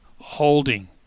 holding